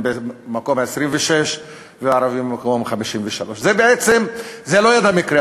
במקום 26 והערבים במקום 53. זה לא יד המקרה,